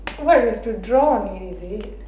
what we have to draw on it is it